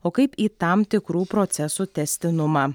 o kaip į tam tikrų procesų tęstinumą